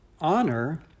honor